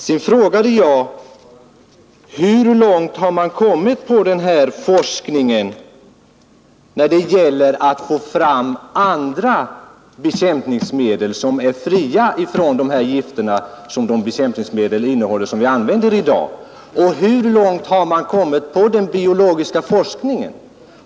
Sedan frågade jag hur långt man kommit i denna forskning när det gäller att få fram andra bekämpningsmedel som är fria från de gifter vi i dag använder. Hur långt har man kommit på den biologiska forskningen?